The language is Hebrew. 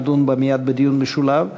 שנדון בה מייד בדיון משולב: